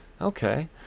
Okay